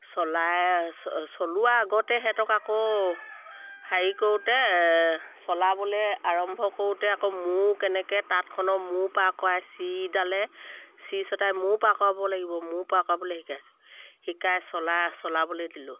চলাই চলোৱাৰ আগতে সিহঁতক আকৌ হেৰি কৰোঁতে চলাবলৈ আৰম্ভ কৰোঁতে আকৌ মূৰ কেনেকৈ তাঁতখনৰ মূৰ পাৰ কৰাই চিৰিডালে চিৰিচতাই মূৰ পাৰ কৰাব লাগিব মূৰ পাৰ কৰাবলৈ শিকাইছোঁ শিকাই চলা চলাবলৈ দিলোঁ